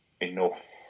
enough